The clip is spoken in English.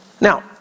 Now